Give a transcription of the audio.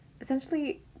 essentially